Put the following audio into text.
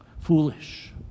Foolish